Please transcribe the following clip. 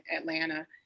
Atlanta